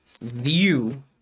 view